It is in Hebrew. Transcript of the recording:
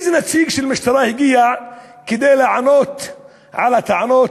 איזה נציג של המשטרה הגיע כדי לענות על הטענות,